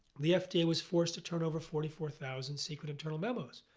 the fda was forced to turn over forty four thousand secret internal memos.